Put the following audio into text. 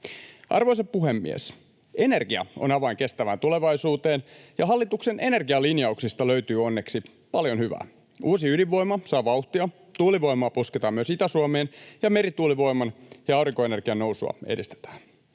Arvoisa puhemies! Energia on avain kestävään tulevaisuuteen, ja hallituksen energialinjauksista löytyy onneksi paljon hyvää. Uusi ydinvoima saa vauhtia, tuulivoimaa pusketaan myös Itä-Suomeen ja merituulivoiman ja aurinkoenergian nousua edistetään.